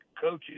coaches